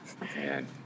Man